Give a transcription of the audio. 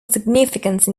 significance